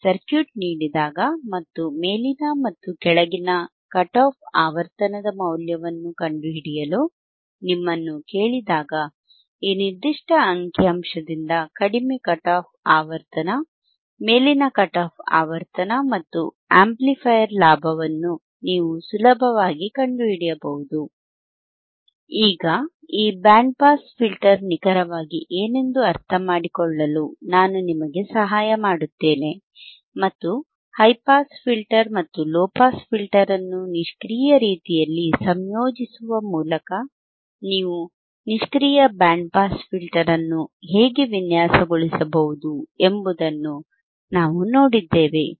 ನಿಮಗೆ ಸರ್ಕ್ಯೂಟ್ ನೀಡಿದಾಗ ಮತ್ತು ಮೇಲಿನ ಮತ್ತು ಕೆಳಗಿನ ಕಟ್ ಆಫ್ ಆವರ್ತನದ ಮೌಲ್ಯವನ್ನು ಕಂಡುಹಿಡಿಯಲು ನಿಮ್ಮನ್ನು ಕೇಳಿದಾಗ ಈ ನಿರ್ದಿಷ್ಟ ಅಂಕಿ ಅಂಶದಿಂದ ಕಡಿಮೆ ಕಟ್ ಆಫ್ ಆವರ್ತನ ಮೇಲಿನ ಕಟ್ ಆಫ್ ಆವರ್ತನ ಮತ್ತು ಆಂಪ್ಲಿಫೈಯರ್ ಲಾಭವನ್ನು ನೀವು ಸುಲಭವಾಗಿ ಕಂಡುಹಿಡಿಯಬಹುದು ಈಗ ಈ ಬ್ಯಾಂಡ್ ಪಾಸ್ ಫಿಲ್ಟರ್ ನಿಖರವಾಗಿ ಏನೆಂದು ಅರ್ಥಮಾಡಿಕೊಳ್ಳಲು ನಾನು ನಿಮಗೆ ಸಹಾಯ ಮಾಡುತ್ತೇನೆ ಮತ್ತು ಹೈ ಪಾಸ್ ಫಿಲ್ಟರ್ ಮತ್ತು ಲೊ ಪಾಸ್ ಫಿಲ್ಟರ್ ಅನ್ನು ನಿಷ್ಕ್ರಿಯ ರೀತಿಯಲ್ಲಿ ಸಂಯೋಜಿಸುವ ಮೂಲಕ ನೀವು ನಿಷ್ಕ್ರಿಯ ಬ್ಯಾಂಡ್ ಪಾಸ್ ಫಿಲ್ಟರ್ ಅನ್ನು ಹೇಗೆ ವಿನ್ಯಾಸಗೊಳಿಸಬಹುದು ಎಂಬುದನ್ನು ನಾವು ನೋಡಿದ್ದೇವೆ